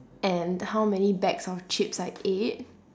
and how many bags of chips I ate